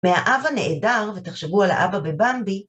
מהאב הנעדר ותחשבו על האבא בבמבי